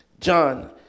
John